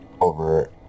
over